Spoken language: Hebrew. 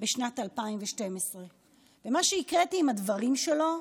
בשנת 2012. מה שהקראתי הם הדברים שלו,